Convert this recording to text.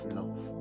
love